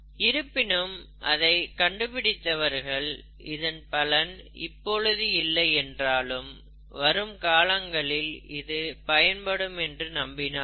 இருப்பினும் அதை கண்டுபிடித்தவர்கள் இதன் பலன் இப்பொழுது இல்லை என்றாலும் வரும் காலங்களில் இது பயன்படும் என்று நம்பினார்கள்